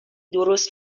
درست